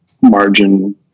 margin